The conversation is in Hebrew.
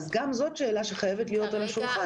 גם זאת שאלה שחייבת להיות על השולחן,